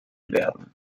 werden